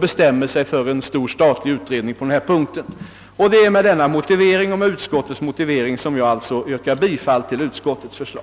bestämmer om en stor statlig utredning på denna punkt. Med denna och med utskottets motivering yrkar jag bifall till utskottets förslag.